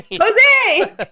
jose